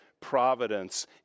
providence